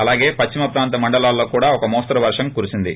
అలాగే పశ్చిమ ప్రాంత మండలాల్లో కూడా ఒక మోస్తరు వర్షం కురిసింది